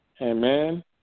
Amen